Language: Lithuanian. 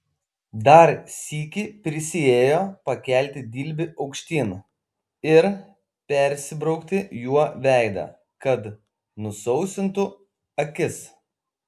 dar sykį prisiėjo pakelti dilbį aukštyn ir persibraukti juo veidą kad nusausintų akis